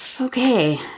Okay